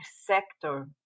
sector